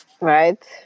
Right